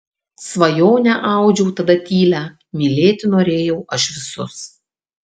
svajonę audžiau tada tylią mylėti norėjau aš visus